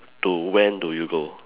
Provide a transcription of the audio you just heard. to when do you go